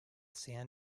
san